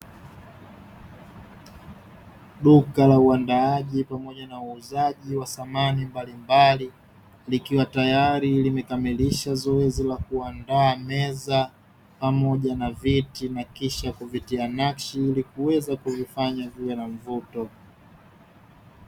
Duka la uandaaji pamoja na uuzaji wa samani mbalimbali, likiwa tayari limekamilisha zoezi la kuandaa meza pamioja na viti na kisha kuvitia nakshi ili kuweza kuvifanya viwe na mvuto.